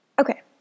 Okay